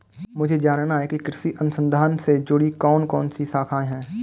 मुझे जानना है कि कृषि अनुसंधान से जुड़ी कौन कौन सी शाखाएं हैं?